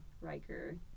Riker